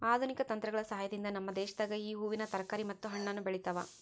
ಆಧುನಿಕ ತಂತ್ರಗಳ ಸಹಾಯದಿಂದ ನಮ್ಮ ದೇಶದಾಗ ಈ ಹೂವಿನ ತರಕಾರಿ ಮತ್ತು ಹಣ್ಣನ್ನು ಬೆಳೆತವ